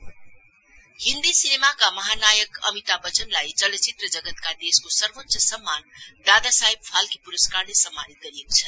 फालके award Hindi सिनेमाका महा नायक अमिताभ बच्चनलाई चलचित्र जगतका देशको सर्वोच्च सम्मान दादा साहेब फालके पुरस्कारले सम्मानित गरिएको छ